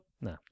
No